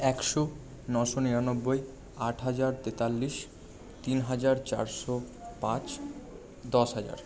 একশো নশো নিরানব্বই আট হাজার তেতাল্লিশ তিন হাজার চারশো পাঁচ দশ হাজার